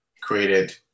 created